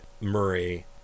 Murray